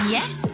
Yes